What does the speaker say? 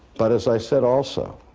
but as i said also,